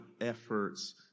efforts